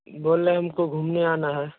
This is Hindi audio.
बोल रहे हैं हमको घूमने आना है